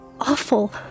awful